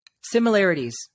Similarities